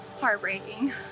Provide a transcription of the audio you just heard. heartbreaking